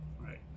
Right